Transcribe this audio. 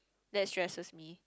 that stresses me